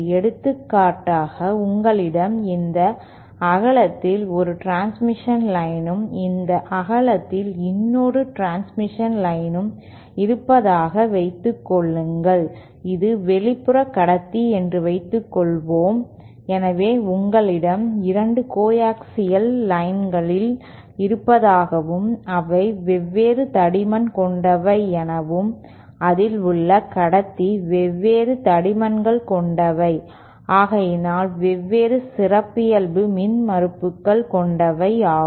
எடுத்துக்காட்டாக உங்களிடம் இந்த அகலத்தில் 1 டிரான்ஸ்மிஷன் லைனும் இந்த அகலத்தில் இன்னொன்றும் இருப்பதாகவும் இது வெளிப்புறக் கடத்தி என்று வைத்துக்கொள்வோம் எனவே உங்களிடம் 2 கோஆக்சியல் லைன்கள் இருப்பதாகவும் அவை வெவ்வேறு தடிமன் கொண்டவை எனவும் அதில் உள் கடத்தி வெவ்வேறு தடிமன்கள் கொண்டவை ஆகையினால் வெவ்வேறு சிறப்பியல்பு மின்மறுப்புகள் கொண்டவை ஆகும்